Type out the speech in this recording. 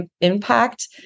impact